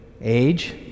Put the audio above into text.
age